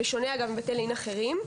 בשונה מבתי לין אחרים,